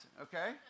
okay